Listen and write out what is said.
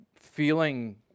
feeling